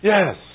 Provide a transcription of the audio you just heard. Yes